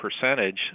percentage